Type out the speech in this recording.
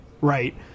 right